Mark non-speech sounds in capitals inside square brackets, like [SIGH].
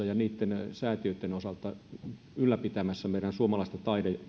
[UNINTELLIGIBLE] ja niitten säätiöitten ylläpitämät suomalaiset